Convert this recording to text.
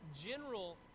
general